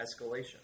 escalation